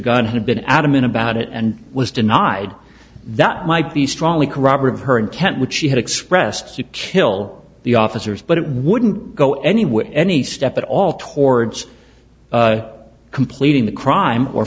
gun had been adamant about it and was denied that might be strongly corroborative her in kentwood she had expressed to kill the officers but it wouldn't go anywhere any step at all towards completing the crime or